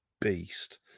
beast